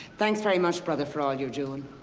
thanks very much, brother, for all you're doing.